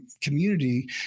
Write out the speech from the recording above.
community